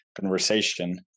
conversation